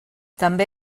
també